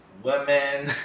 Women